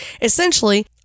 Essentially